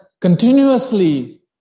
continuously